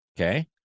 Okay